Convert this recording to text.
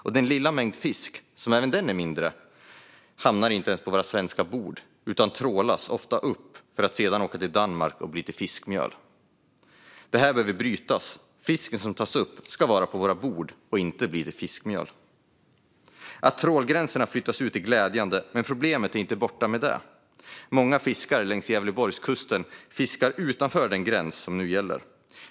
Och den lilla mängden fisk hamnar inte ens på våra svenska bord utan trålas ofta upp för att sedan tas till Danmark och bli fiskmjöl. Det här behöver brytas. Fisken som tas upp ska vara på våra bord, inte bli till fiskmjöl. Att trålgränserna har flyttats ut är glädjande, men problemen är inte borta med det. Många fiskare längs Gävleborgskusten fiskar utanför den gräns som nu gäller.